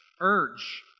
urge